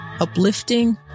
uplifting